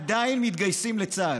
עדיין מתגייסים לצה"ל.